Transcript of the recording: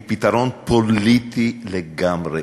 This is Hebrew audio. הוא פתרון פוליטי לגמרי,